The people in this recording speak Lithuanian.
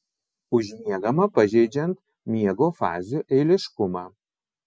užmiegama pažeidžiant miego fazių eiliškumą